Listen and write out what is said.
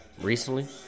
recently